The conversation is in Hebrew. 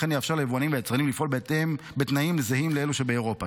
וכן יאפשר ליבואנים ויצרנים לפעול בתנאים זהים לאלו שבאירופה.